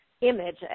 image